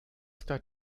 star